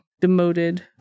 demoted